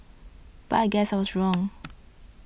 but I guess I was wrong